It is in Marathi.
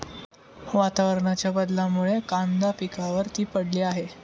वातावरणाच्या बदलामुळे कांदा पिकावर ती पडली आहे